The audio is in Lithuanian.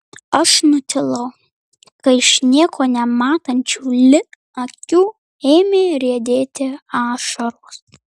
aš nutilau kai iš nieko nematančių li akių ėmė riedėti ašaros